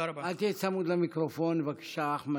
אל תהיה צמוד למיקרופון, בבקשה, אחמד.